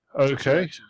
Okay